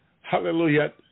Hallelujah